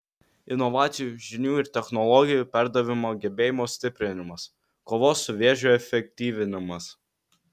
inovacijų žinių ir technologijų perdavimo gebėjimo stiprinimas kovos su vėžiu efektyvinimas